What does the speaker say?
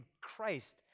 Christ